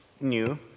new